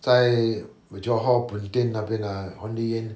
在 johor pontian 那边 ah 黄梨园